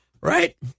right